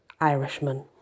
Irishman